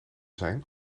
zijn